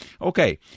Okay